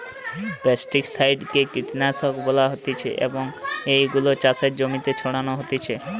pesticide কে কীটনাশক বলা হতিছে এবং এগুলো চাষের জমিতে ছড়ানো হতিছে